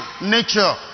nature